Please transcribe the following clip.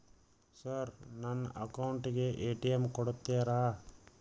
Sir ನನ್ನ account ಗೆ ATM ಕೊಡುತ್ತೇರಾ?